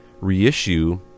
reissue